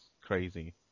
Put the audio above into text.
crazy